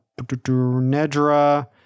Nedra